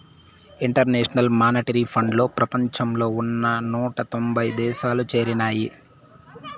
international monetary ఫండ్లో ప్రపంచంలో ఉన్న నూట తొంభై దేశాలు చేరినాయి